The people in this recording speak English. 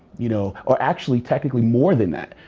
you know or actually, technically more than that.